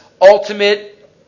ultimate